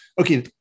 Okay